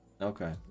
Okay